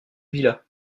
villa